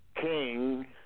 king